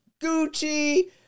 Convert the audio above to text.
Gucci